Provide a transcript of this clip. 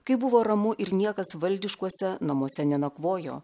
kai buvo ramu ir niekas valdiškuose namuose nenakvojo